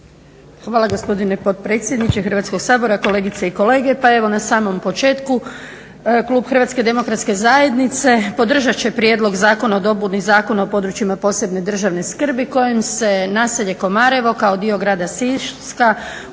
Hvala gospodine potpredsjedniče Hrvatskog sabora, kolegice i kolege. Pa, evo na samom početku klub HDZ-a podržat će prijedlog Zakona o dopuni Zakona o područjima posebne državne skrbi kojim se naselje Komarevo kao dio grada Siska uvrštava